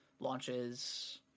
Launches